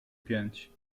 pięć